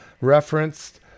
referenced